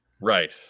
Right